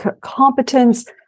competence